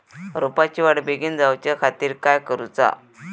रोपाची वाढ बिगीन जाऊच्या खातीर काय करुचा?